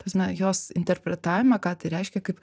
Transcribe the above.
ta prasme jos interpretavimą ką tai reiškia kaip